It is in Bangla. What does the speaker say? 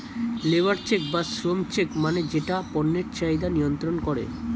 লেবর চেক্ বা শ্রম চেক্ মানে যেটা পণ্যের চাহিদা নিয়ন্ত্রন করে